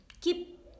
keep